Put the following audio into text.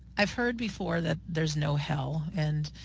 i've heard before that there's no hell and